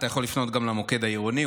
אתה יכול לפנות גם למוקד העירוני,